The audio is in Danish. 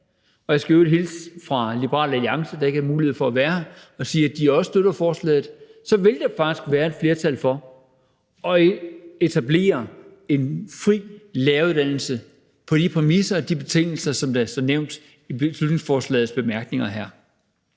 og jeg skal i øvrigt hilse fra Liberal Alliance, som ikke havde mulighed for at være her, og sige, at de også støtter forslaget – så vil der faktisk være et flertal for at etablere en fri læreruddannelse på de præmisser og på de betingelser, der er nævnt i bemærkningerne til det her